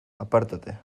apártate